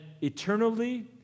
eternally